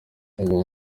uwo